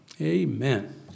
Amen